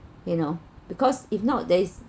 you know because if not there is